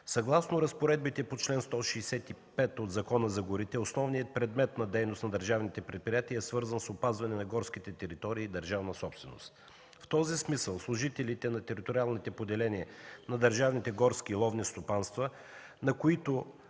Съгласно разпоредбите на чл. 165 от Закона за горите, основният предмет на дейност на държавните предприятия е свързан с опазване на горските територии – държавна собственост. В този смисъл служителите на териториалните поделения на държавните горски и ловни стопанства, на които